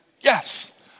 yes